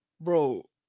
Bro